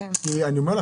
אני אחדד.